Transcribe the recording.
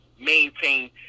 maintain